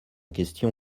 question